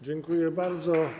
Dziękuję bardzo.